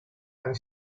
anni